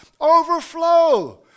Overflow